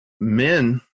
men